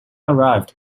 arrived